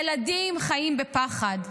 ילדים חיים בפחד,